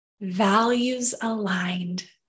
values-aligned